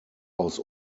aus